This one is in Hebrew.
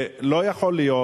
לא יכול להיות,